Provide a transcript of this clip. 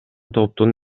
топтун